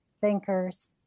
Thinkers